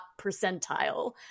percentile